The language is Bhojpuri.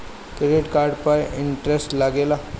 क्रेडिट कार्ड पर इंटरेस्ट लागेला?